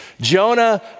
Jonah